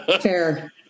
fair